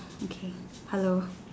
okay hello